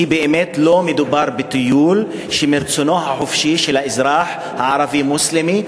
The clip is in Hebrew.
כי באמת לא מדובר בטיול מרצונו החופשי של האזרח הערבי המוסלמי,